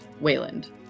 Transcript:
Wayland